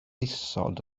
isod